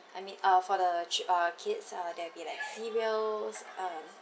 I mean uh for the chil~ ah kids are there be like cereals um